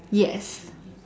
yes